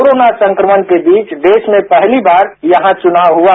corona संक्रमण के बीच देश में पहली बार यहां चुनाव हआ